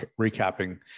recapping